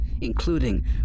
including